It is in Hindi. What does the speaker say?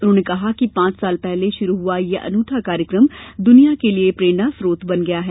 उन्होंने कहा कि पांच साल पहले शुरू हुआ यह अनुठा कार्यक्रम दुनिया के लिये प्रेरणा स्त्रोत बन गया है